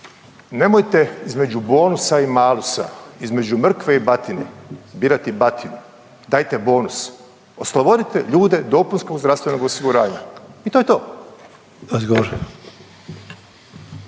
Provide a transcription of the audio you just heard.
nemojte između bonusa i malusa, između mrkve i batine birati batinu, dajte bonus. Oslobodite ljude dopunskog zdravstvenog osiguranja i to je to.